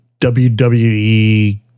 WWE